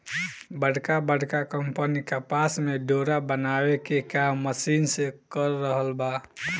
बड़का बड़का कंपनी कपास से डोरा बनावे के काम मशीन से कर रहल बा